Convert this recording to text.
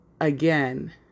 again